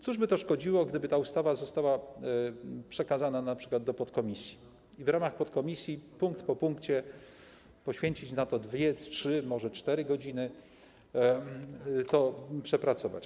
Cóż by to szkodziło, gdyby ta ustawa została przekazana np. do podkomisji i w ramach podkomisji punkt po punkcie poświęcić na to 2, 3, może 4 godziny i to przepracować?